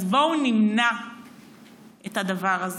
אז בואו נמנע את הדבר הזה,